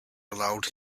allowed